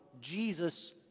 Jesus